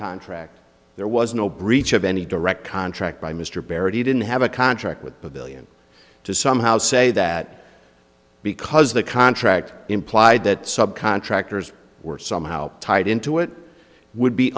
contract there was no breach of any direct contract by mr barrett he didn't have a contract with a bit to somehow say that because the contract implied that sub contractors were somehow tied into it would be